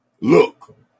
Look